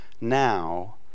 now